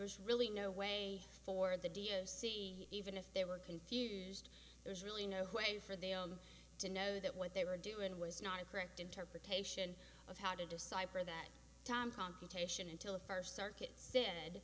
was really no way for the d of c even if they were confused there's really no way for they are to know that what they were doing was not a correct interpretation of how to decipher that time computation until the first circuit